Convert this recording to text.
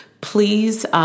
please